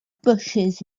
bushes